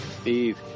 Steve